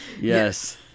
Yes